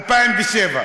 מתי זה היה?